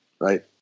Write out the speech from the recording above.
right